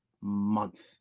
month